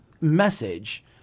message